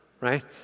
right